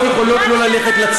למה אנחנו, ?